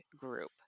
group